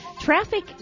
Traffic